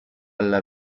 alla